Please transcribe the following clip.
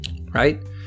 Right